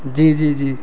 جی جی جی